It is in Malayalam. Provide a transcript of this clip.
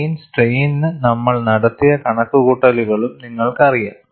പ്ലെയിൻ സ്ട്രെയ്നിനു നമ്മൾ നടത്തിയ കണക്കുകൂട്ടലുകളും നിങ്ങൾക്കറിയാം